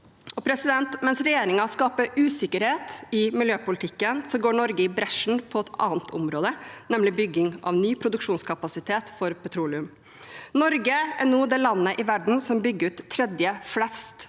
Mens regjeringen skaper usikkerhet i miljøpolitikken, går Norge i bresjen på et annet område, nemlig bygging av ny produksjonskapasitet for petroleum. Norge er nå på tredjeplass over land i verden som bygger ut flest